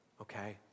Okay